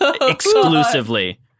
exclusively